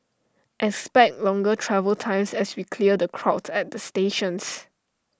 expect longer travel times as we clear the crowds at the stations